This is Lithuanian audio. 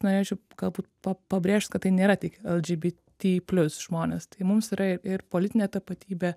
norėčiau galbūt pa pabrėžt kad tai nėra tik lgbt plius žmonės tai mums yra ir politinė tapatybė